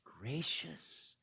gracious